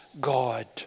God